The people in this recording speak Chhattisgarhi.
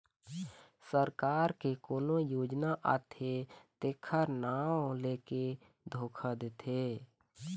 सरकार के कोनो योजना आथे तेखर नांव लेके धोखा देथे